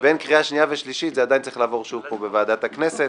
בין קריאה שנייה ושלישית זה עדיין צריך לעבור אישור פה בוועדת הכנסת.